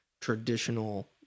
traditional